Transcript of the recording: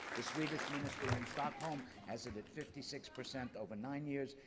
the swedish ministry in stockholm has it at fifty six percent over nine years.